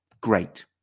great